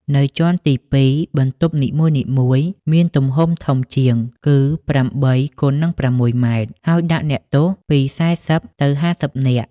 នៅជាន់ទីពីរ បន្ទប់នីមួយៗ មានទំហំធំជាងគឺ៨ គុណ ៦ម៉ែត្រ ហើយដាក់អ្នកទោស ពី៤០ ទៅ៥០ នាក់ ។